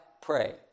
pray